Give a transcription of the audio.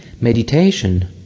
meditation